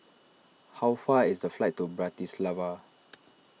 how far is the flight to Bratislava